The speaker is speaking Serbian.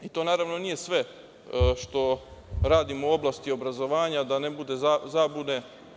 Naravno, to nije sve što radimo u oblasti obrazovanja, da ne bude zabune.